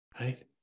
right